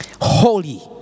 Holy